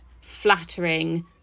flattering